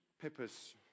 Pippa's